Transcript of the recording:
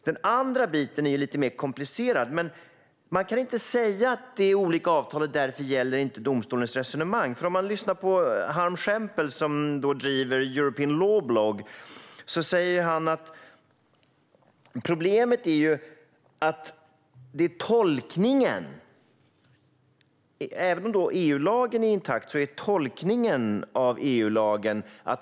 Den andra biten är lite mer komplicerad. Man kan inte säga att det är olika avtal och att domstolens resonemang därför inte gäller. Harm Schepel, som driver European Law Blog, säger att problemet är tolkningen. Även om EU-lagen är intakt görs en tolkning av denna lag.